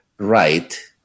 Right